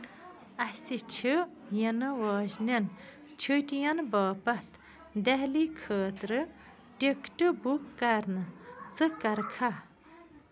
اَسہِ چھِ یِنہٕ واجنٮ۪ن چھُٹیَن باپتھ دہلی خٲطرٕ ٹِکٹہٕ بُک کَرنہٕ ژٕ کَرکھا